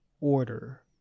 order